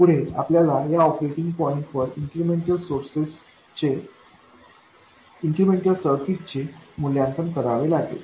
पुढे आपल्याला या ऑपरेटिंग पॉईंटवर इन्क्रिमेंटल सर्किटचे मूल्यांकन करावे लागेल